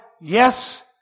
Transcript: Yes